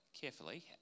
carefully